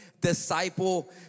disciple